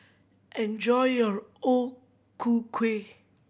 enjoy your O Ku Kueh